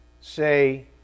say